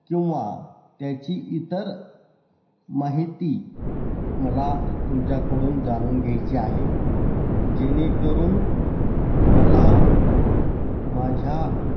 किंवा त्याची इतर माहिती मला तुमच्याकडून जाणून घ्यायची आहे जेणे करून मला माझ्या